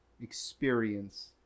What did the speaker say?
experience